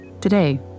Today